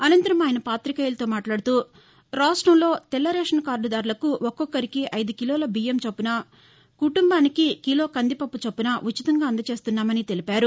అనంతరం ఆయన పాతికేయులతో మాట్లాడుతూ రాష్టంలో తెల్ల రేషన్ కార్డుదారులకు ఒక్కొక్కరికి ఐదు కిలోల బియ్యం చొప్పున కుటుంబానికి కిలో కందిపప్పు చొప్పన ఉచితంగా అందజేస్తున్నామని తెలిపారు